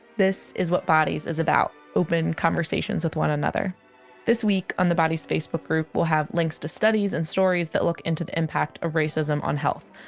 this is what bodies is about open conversations with one another this week in the bodies facebook group, we'll have links to studies and stories that look into the impact of racism on health.